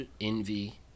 Envy